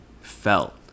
felt